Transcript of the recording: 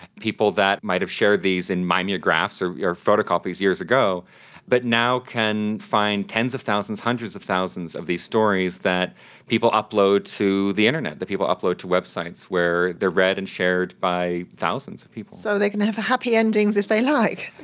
people that might have shared these in mimeographs or photocopies years ago but now can find tens of thousands, hundreds of thousands of these stories that people upload to the internet, that people upload to websites where they are read and shared by thousands of people. so they can have happy endings if they like.